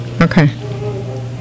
Okay